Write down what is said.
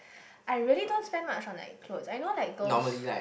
I really don't spend much on like clothes I know like girls